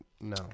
no